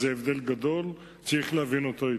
זה הבדל גדול שצריך להבין אותו היטב.